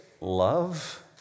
love